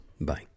Bye